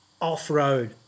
off-road